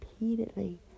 repeatedly